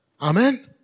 amen